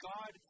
God